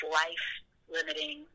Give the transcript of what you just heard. life-limiting